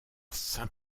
saint